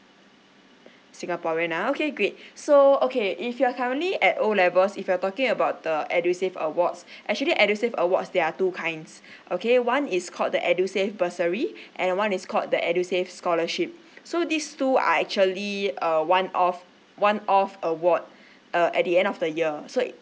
singaporean ah okay great so okay if you are currently at O levels if you're talking about the edusave awards actually edusave awards there are two kinds okay one is called the edusave bursary and one is called the edusave scholarship so these two are actually uh one off one off award uh at the end of the year so if